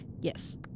Yes